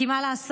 כי מה לעשות?